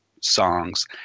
songs